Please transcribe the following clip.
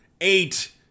eight